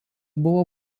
buvo